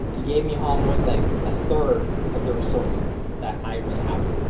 he gave me almost like a third of the result that i was having.